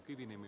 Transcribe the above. kiviniemi